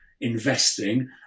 investing